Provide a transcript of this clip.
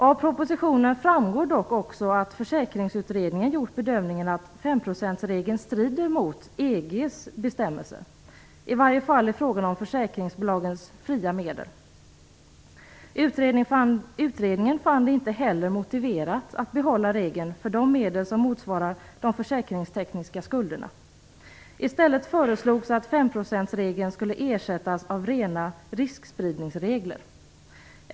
Av propositionen framgår dock också att Försäkringsutredningen gjort bedömningen att femprocentsregeln strider mot EG:s bestämmelser, i varje fall i fråga om försäkringsbolagens fria medel. Utredningen fann det inte heller motiverat att behålla regeln för medel som motsvarar de försäkringstekniska skulderna. I stället föreslogs att femprocentsregeln skulle ersättas av rena riskspridningsregler.